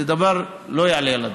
זה דבר שלא יעלה על הדעת.